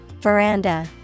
Veranda